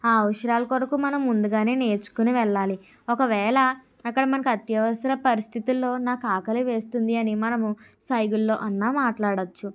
ఆ అవసరాల కొరకు మనం ముందుగానే నేర్చుకుని వెళ్ళాలి ఒకవేళ అక్కడ మనకు అత్యవసర పరిస్థితుల్లో నాకు ఆకలి వేస్తుంది అని మనము సైగుల్లో అన్నా మాట్లాడొచ్చు